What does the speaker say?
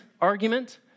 argument